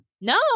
No